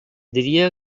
diria